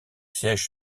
siège